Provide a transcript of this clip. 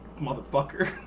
motherfucker